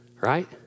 right